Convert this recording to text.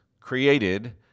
created